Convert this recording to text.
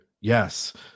Yes